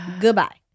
Goodbye